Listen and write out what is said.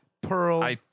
Pearl